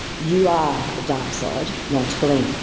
you are the dark side, not glenn.